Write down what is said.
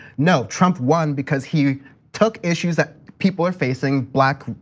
no, trump won because he took issues that people are facing, black,